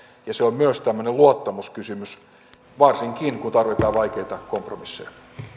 ja se on myös tämmöinen luottamuskysymys varsinkin kun tarvitaan vaikeita kompromisseja